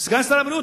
סגן שר הבריאות,